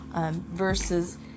versus